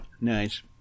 Nice